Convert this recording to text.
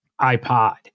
iPod